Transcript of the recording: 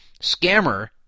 scammer